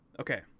Okay